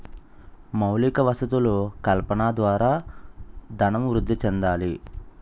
మౌలిక వసతులు కల్పన ద్వారా ధనం వృద్ధి చెందాలి